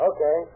Okay